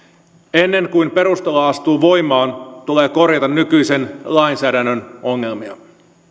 ennen kuin perustulo astuu voimaan tulee korjata nykyisen lainsäädännön ongelmia